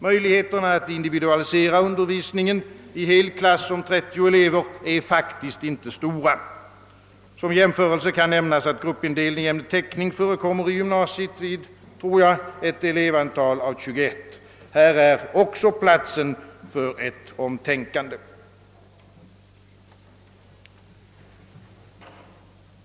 Möjligheterna att individualisera undervisningen i hel klass om 30 elever är inte stora. Som jämförelse kan nämnas att gruppindelning i teckning förekommer i gymnasiet vid — tror jag — ett antal av 21 elever. Här är också plats för ett omtänkande.